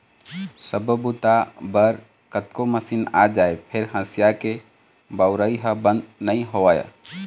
सब्बो बूता बर कतको मसीन आ जाए फेर हँसिया के बउरइ ह बंद नइ होवय